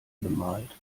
bemalt